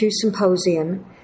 symposium